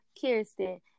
Kirsten